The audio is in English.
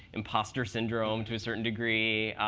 imposter syndrome to a certain degree,